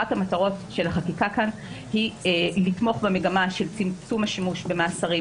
אחת המטרות של החקיקה כאן היא לתמוך במגמה של צמצום השימוש במאסרים,